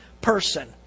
person